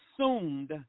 assumed